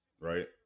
right